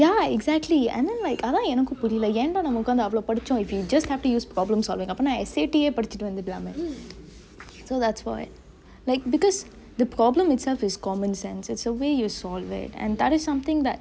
ya exactly and then like அதா எனக்கு புரில ஏன்டா நம்ம ஒக்காந்து அவ்வளோ படிச்சோ:athaa enaku purile yendaa namme okkanthu avalo padicho if you just have to use problem solving அப்பனா:appenaa S_A_T யெ படிச்சுட்டு வந்துருலாமெ:ye padichuttu vantharulaame so that's what because the problem itself is common sense it's a way you solve it and that is something that